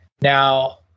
Now